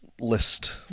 List